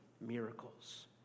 miracles